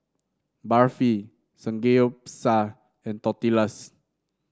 Barfi Samgeyopsal and Tortillas